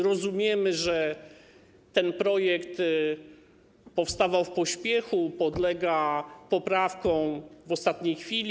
Rozumiemy, że ten projekt powstawał w pośpiechu, były poprawki w ostatniej chwili.